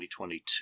2022